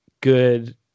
good